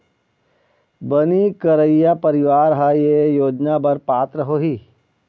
बनी करइया परवार ह ए योजना बर पात्र होही